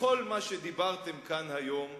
בכל מה שדיברתם כאן היום,